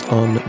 on